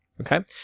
Okay